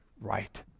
right